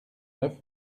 neuf